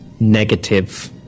Negative